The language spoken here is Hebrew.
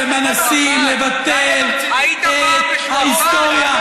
ומנסים לבטל את ההיסטוריה.